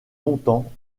longtemps